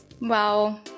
Wow